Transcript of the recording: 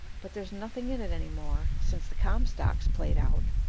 but there's nothing in it any more, since the comstock's played out,